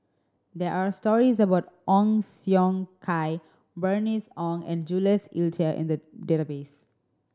there are stories about Ong Siong Kai Bernice Ong and Jules Itier in the database